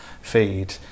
feed